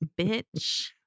bitch